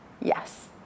Yes